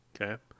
Okay